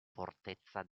fortezza